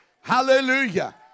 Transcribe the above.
Hallelujah